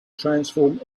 transform